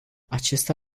acesta